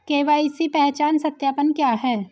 KYC पहचान सत्यापन क्या है?